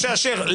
משה אשר,